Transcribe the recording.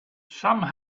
some